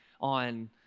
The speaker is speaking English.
on